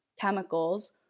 chemicals